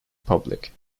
public